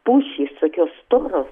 pušys tokios storos